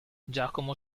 giacomo